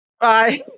Bye